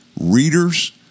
readers